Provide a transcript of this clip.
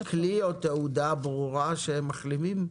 יש כלי או תעודה ברורה שהם מחלימים?